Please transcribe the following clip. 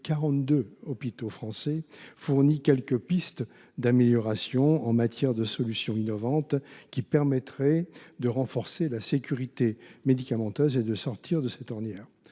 hôpitaux français, fournit quelques pistes d’amélioration en matière de solutions innovantes qui permettraient de renforcer la sécurité médicamenteuse et de sortir de cette ornière.